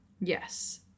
Yes